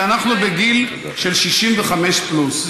ואנחנו בגיל של 65 פלוס.